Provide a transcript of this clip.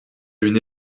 une